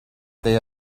day